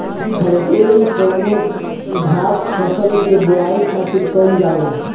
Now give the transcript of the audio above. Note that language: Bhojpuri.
हैरोइन कौनो खास फसल के बोआई खातिर कईल जाला